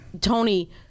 Tony